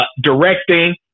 directing